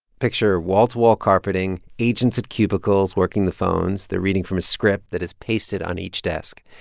picture wall-to-wall carpeting, agents at cubicles working the phones. they're reading from a script that is pasted on each desk.